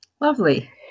Lovely